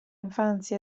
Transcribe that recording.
infanzia